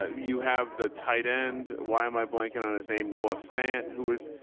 ah you have the tight end. why am i blanking on his name? noah fan? who was,